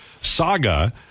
saga